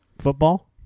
Football